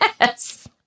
Yes